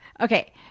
Okay